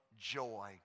joy